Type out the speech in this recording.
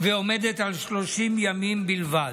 ועומדת על 30 ימים בלבד,